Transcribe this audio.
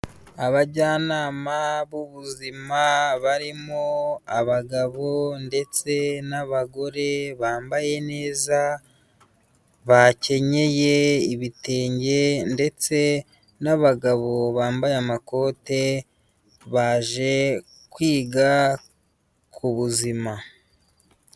Abajyanama b'ubuzima barimo abagabo ndetse n'abagore bambaye neza, bakenyeye ibitenge ndetse n'abagabo bambaye amakote baje kwiga ku buzima.